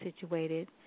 situated